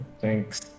thanks